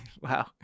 wow